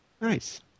Nice